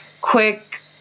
quick